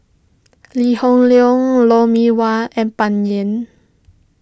Lee Hoon Leong Lou Mee Wah and Bai Yan